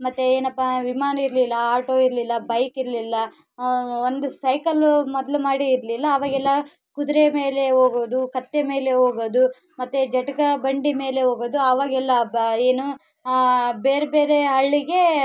ಮತ್ತೆ ಏನಪ್ಪ ವಿಮಾನ ಇರಲಿಲ್ಲ ಆಟೋ ಇರಲಿಲ್ಲ ಬೈಕ್ ಇರಲಿಲ್ಲ ಒಂದು ಸೈಕಲ್ ಮೊದ್ಲು ಮಾಡಿ ಇರಲಿಲ್ಲ ಆವಾಗೆಲ್ಲ ಕುದುರೆ ಮೇಲೆ ಹೋಗೋದು ಕತ್ತೆ ಮೇಲೆ ಹೋಗೋದು ಮತ್ತೆ ಜಟಕಾ ಬಂಡಿ ಮೇಲೆ ಹೋಗೋದು ಆವಾಗೆಲ್ಲ ಬಾ ಏನು ಬೇರೆ ಬೇರೆ ಹಳ್ಳಿಗೆ